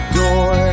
door